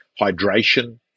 hydration